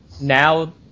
Now